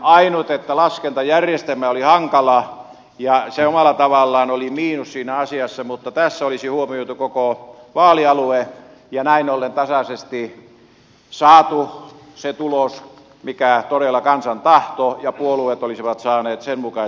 ainut että laskentajärjestelmä oli hankala ja se omalla tavallaan oli miinus siinä asiassa mutta tässä olisi huomioitu koko vaalialue ja näin ollen tasaisesti saatu se tulos mikä todella oli kansan tahto ja puolueet olisivat saaneet sen mukaisen järjestelyn